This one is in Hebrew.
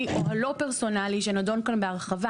או הלא פרסונלי שנדון כאן בהרחבה.